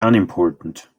unimportant